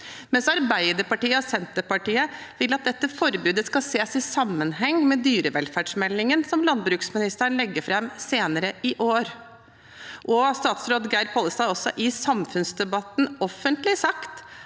mens Arbeiderpartiet og Senterpartiet vil at dette forbudet skal ses i sammenheng med dyrevelferdsmeldingen som landbruksministeren legger fram senere i år. Statsråd Geir Pollestad har også i samfunnsdebatten offentlig sagt